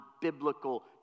biblical